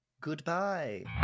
Goodbye